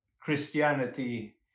Christianity